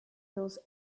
those